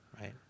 right